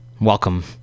welcome